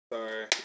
Sorry